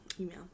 email